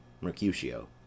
Mercutio